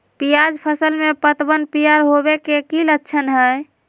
प्याज फसल में पतबन पियर होवे के की लक्षण हय?